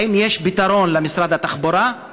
האם יש פתרון למשרד התחבורה?